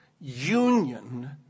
union